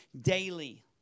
daily